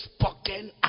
spoken